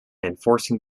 enforcing